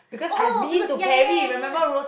!oh! because ya ya ya ya